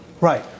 Right